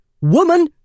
Woman